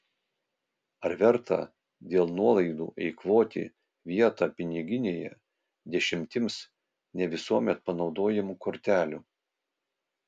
ar verta dėl nuolaidų eikvoti vietą piniginėje dešimtims ne visuomet panaudojamų kortelių